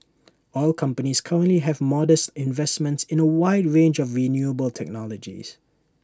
oil companies currently have modest investments in A wide range of renewable technologies